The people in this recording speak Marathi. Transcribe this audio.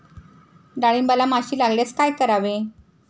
डाळींबाला माशी लागल्यास काय करावे?